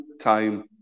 time